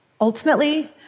Ultimately